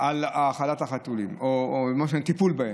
על האכלת החתולים או הטיפול בהם,